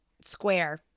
square